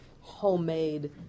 homemade